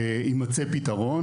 ויימצא פתרון.